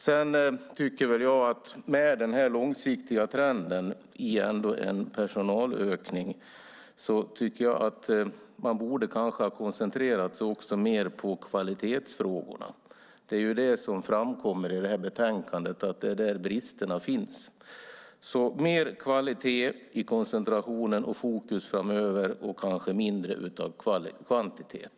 Utifrån den långsiktiga trenden till personalökning borde man kanske också mer ha koncentrerat sig på kvalitetsfrågorna. I betänkandet framkommer att det är där bristerna finns, så jag säger: Mer kvalitet i koncentrationen och fokus framöver och kanske mindre av kvantitet.